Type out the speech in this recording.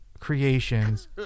Creations